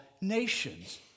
nations